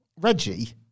Reggie